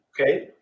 okay